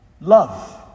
love